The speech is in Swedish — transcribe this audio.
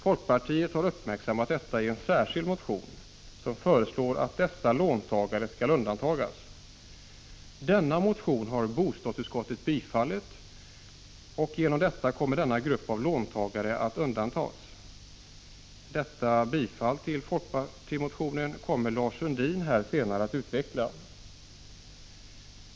Folkpartiet har uppmärksammat detta i en särskild motion, som föreslår att dessa låntagare skall undantas. Denna motion har bostadsutskottet tillstyrkt, och därigenom kommer denna grupp av låntagare att undantas. Detta biträdande av folkpartimotionen kommer Lars Sundin att senare här utveckla.